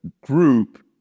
group